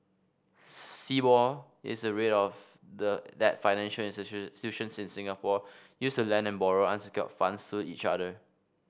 Sibor is the rate of the that financial in Singapore use to lend and borrow unsecured funds to each other